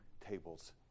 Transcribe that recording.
tables